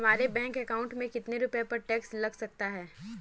हमारे bank account में कितने रुपये पर टैक्स लग सकता है?